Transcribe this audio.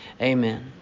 Amen